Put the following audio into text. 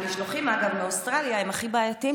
המשלוחים מאוסטרליה הם הכי בעייתיים,